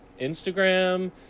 instagram